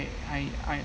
I I